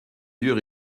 vieux